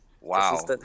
Wow